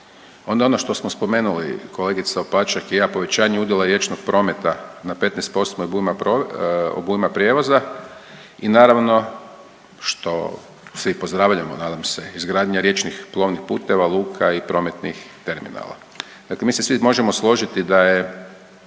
Onda ono što smo spomenuli kolegica Opaček i ja, povećanje udjela riječnog prometa na 15% obujma prijevoza i naravno što svi i pozdravljamo nadam se, izgradnja riječnih plovnih puteva, luka i prometnih terminala. Dakle, mi se svi možemo složiti da je